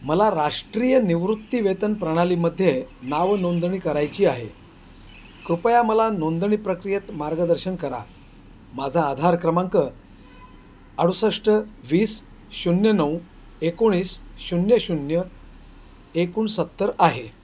मला राष्ट्रीय निवृत्ती वेतन प्रणालीमध्ये नाव नोंदणी करायची आहे कृपया मला नोंदणी प्रक्रियेत मार्गदर्शन करा माझा आधार क्रमांक अडुसष्ट वीस शून्य नऊ एकोणीस शून्य शून्य एकोणसत्तर आहे